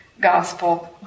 gospel